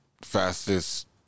fastest